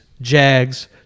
Jags